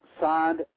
signed